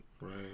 Right